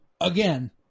again